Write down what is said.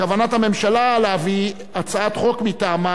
בכוונת הממשלה להביא הצעת חוק מטעמה